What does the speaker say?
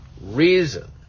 reason